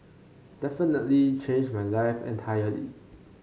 definitely changed my life entirely